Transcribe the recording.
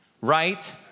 Right